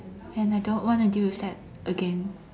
and I don't want to deal with that again